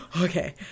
okay